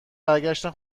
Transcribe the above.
برگشتن